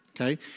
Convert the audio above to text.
Okay